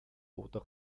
oder